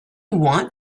want